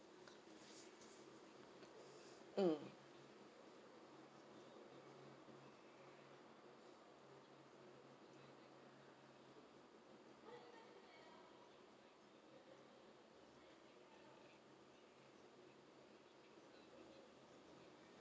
mm